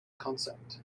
concept